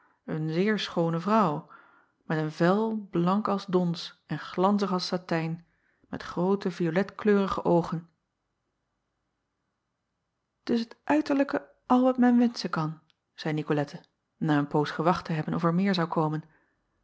een zeer schoone vrouw met een vel blank als dons en glanzig als satijn met groote violetkleurige oogen acob van ennep laasje evenster delen us het uiterlijke al wat men wenschen kan zeî icolette na een poos gewacht te hebben of er meer zou komen